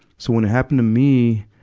so when it happened to me,